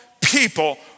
people